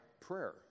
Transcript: prayer